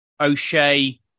O'Shea